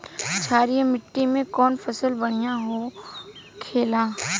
क्षारीय मिट्टी में कौन फसल बढ़ियां हो खेला?